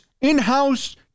in-house